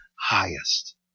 highest